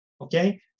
okay